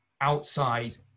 outside